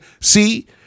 see